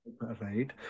Right